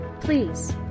Please